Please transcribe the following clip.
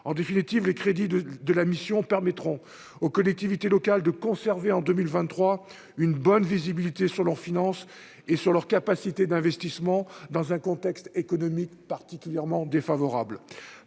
en définitive, les crédits de la mission permettront aux collectivités locales de conserver en 2023, une bonne visibilité sur leurs finances et sur leur capacité d'investissement dans un contexte économique particulièrement défavorable,